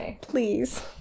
Please